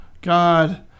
God